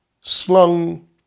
slung